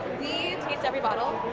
we taste every bottle,